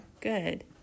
good